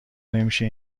نمیشه